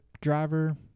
driver